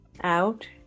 Out